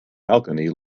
balcony